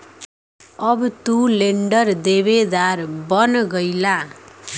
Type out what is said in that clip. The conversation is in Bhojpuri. अब तू लेंडर देवेदार बन गईला